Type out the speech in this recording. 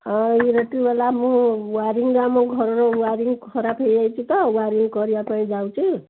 ହଁ ଇଲେକଟ୍ରି ବାଲା ମୁଁ ୱାରିଂ ଆମ ଘରର ୱାରିଂ ଖରାପ ହେଇଯାଇଛି ତ ୱାରିଂ କରିବା ପାଇଁ ଯାଉଛି